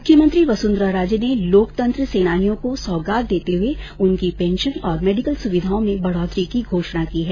मुख्यमंत्री वसुंधरा राजे ने लोकतंत्र सेनानियों को सौगात देते हुए उनकी पेंशन और मेडिकल सुविधाओं में बढोतरी की घोषणा की है